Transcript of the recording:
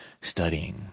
studying